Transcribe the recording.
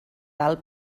alt